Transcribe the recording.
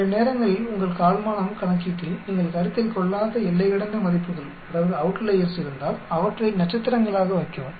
சில நேரங்களில் உங்கள் கால்மானம் கணக்கீட்டில் நீங்கள் கருத்தில் கொள்ளாத எல்லை கடந்த மதிப்புகள் இருந்தால் அவற்றை நட்சத்திரங்களாக வைக்கவும்